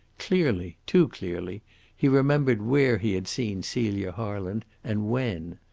clearly too clearly he remembered where he had seen celia harland, and when.